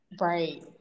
Right